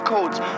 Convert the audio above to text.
Codes